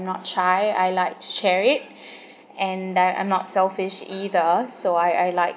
not shy I like to share it and I I am not selfish either so I I like